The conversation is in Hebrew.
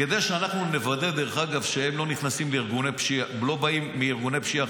כדי שאנחנו נוודא שהם לא באים מארגוני פשיעה,